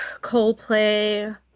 Coldplay